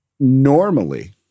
Normally